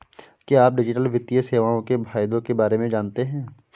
क्या आप डिजिटल वित्तीय सेवाओं के फायदों के बारे में जानते हैं?